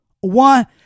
one